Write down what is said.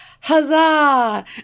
Huzzah